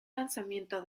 lanzamiento